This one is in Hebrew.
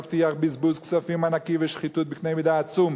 מבטיח בזבוז כספים ענקי ושחיתות בקנה מידה עצום,